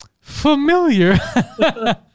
familiar